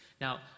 now